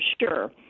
sure